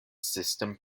system